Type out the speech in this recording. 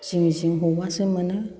जिं जिं हबासो मोनो